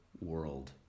world